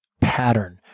pattern